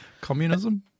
Communism